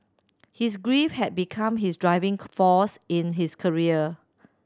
his grief had become his driving force in his career